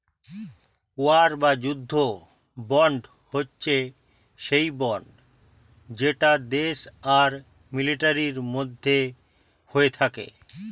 war বা যুদ্ধ bond হচ্ছে সেই বন্ড যেটা দেশ আর মিলিটারির মধ্যে হয়ে থাকে